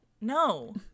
No